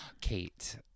Kate